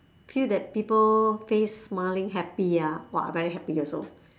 feel that people face smiling happy ah !wah! very happy also